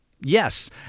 yes